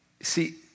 See